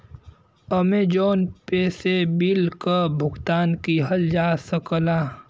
Amazon Pay से bill क भुगतान किहल जा सकला